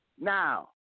Now